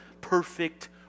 perfect